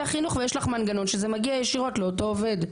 החינוך ויש לך מנגנון שזה מגיע ישירות לאותו עובד.